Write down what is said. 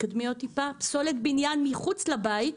פסולת בניין מחוץ לבית,